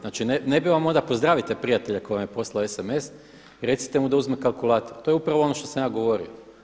Znači ne bi vam onda, pozdravite prijatelja koji vam je posao SMS i recite mu da uzme kalkulator, to je upravo ono što sam ja govorio.